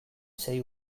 sei